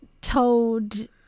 told